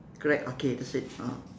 correct okay that's it ah